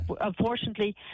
unfortunately